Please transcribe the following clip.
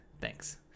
thanks